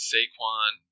Saquon